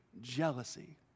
jealousy